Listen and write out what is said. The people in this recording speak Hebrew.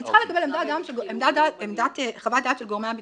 אני צריכה לקבל חוות דעת של גורמי הביטחון.